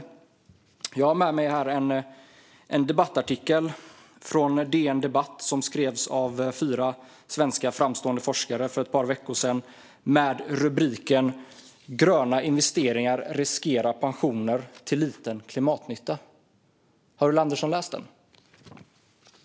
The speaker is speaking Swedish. För ett par veckor sedan fanns en debattartikel på DN Debatt av fyra svenska, framstående forskare med rubriken "Gröna investeringar riskerar pensioner till liten klimatnytta". Har Ulla Andersson läst den?